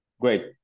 great